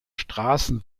straßen